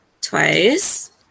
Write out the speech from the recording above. Twice